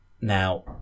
now